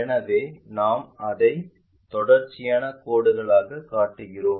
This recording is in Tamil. எனவே நாங்கள் அதை தொடர்ச்சியான கோடுகளாக காட்டுகிறோம்